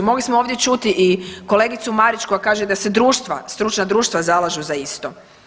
Mogli smo ovdje čuti i kolegicu Marić koja kaže da se društva, stručna društva zalažu za isto.